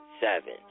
seven